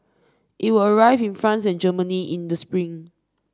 it will arrive in France and Germany in the spring